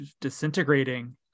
disintegrating